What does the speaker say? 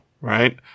Right